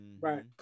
Right